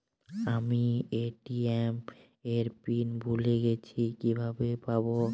আমি এ.টি.এম এর পিন ভুলে গেছি কিভাবে পাবো?